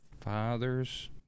father's